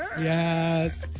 Yes